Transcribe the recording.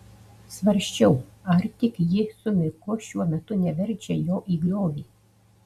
svarsčiau ar tik ji su miku šiuo metu neverčia jo į griovį